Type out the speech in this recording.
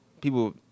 people